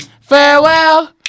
farewell